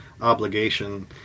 obligation